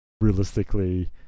realistically